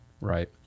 right